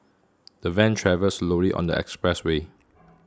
the van travelled slowly on the expressway